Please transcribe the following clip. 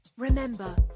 Remember